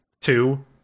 two